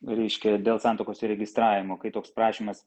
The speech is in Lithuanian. reiškia dėl santuokos įregistravimo kai toks prašymas